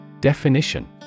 Definition